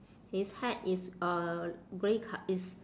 his hat is uh grey co~ is